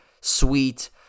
sweet